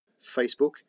Facebook